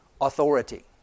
Authority